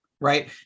Right